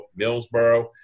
Millsboro